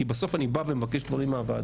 כי בסוף אני בא ומבקש דברים מהוועדות,